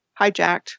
hijacked